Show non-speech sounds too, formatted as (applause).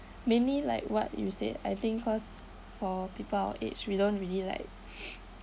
mainly like what you said I think cause for people our age we don't really like (noise)